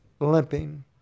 limping